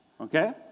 okay